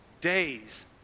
days